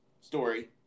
Story